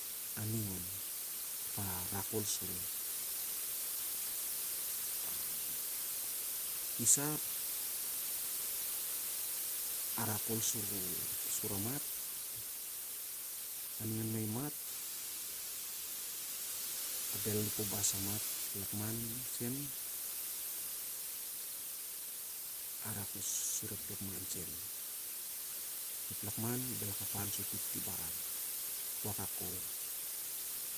Arak khol suri isah ap a rak khol sur amat, aning an mahi mat ap el, liu kabar amat ep lakman sen anak khol sur ep lakman sen. Bhel al kapan sur tik ti baran. Wakak khol!